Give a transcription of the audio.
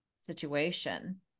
situation